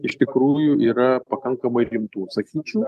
iš tikrųjų yra pakankamai rimtų sakyčiau